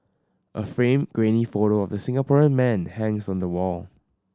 a framed grainy photo of the Singaporean man hangs on the wall